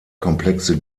komplexe